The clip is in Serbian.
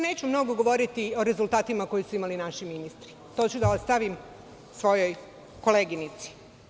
Neću mnogo govoriti o rezultatima koje su imali naši ministri, to ću da ostavim svojoj koleginici.